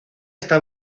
está